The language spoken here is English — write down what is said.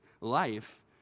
life